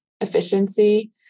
efficiency